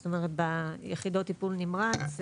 זאת אומרת ביחידות טיפול נמרץ.